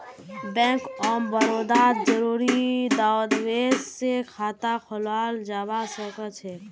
bank of बड़ौदात जरुरी दस्तावेज स खाता खोलाल जबा सखछेक